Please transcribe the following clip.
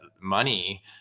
money